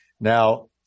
Now